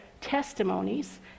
testimonies